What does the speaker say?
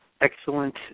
excellent